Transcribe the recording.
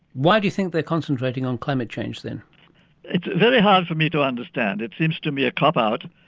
why do you think they're concentrating on climate change then? it's very hard for me to understand. it seems to me a cop-out.